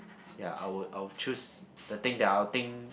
ya I would I would choose the thing that I'll think